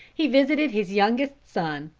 he visited his youngest son,